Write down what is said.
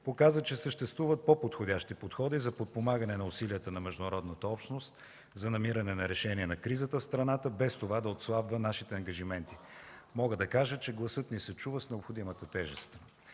показват, че съществуват по-подходящи подходи за подпомагане усилията на международната общност за намиране на решение на кризата в страната, без това да отслабва нашите ангажименти. Мога да кажа, че гласът ни се чува с необходимата тежест.